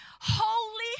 holy